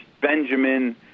Benjamin